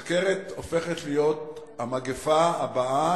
הסוכרת הופכת להיות המגפה הבאה,